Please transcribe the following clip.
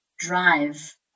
drive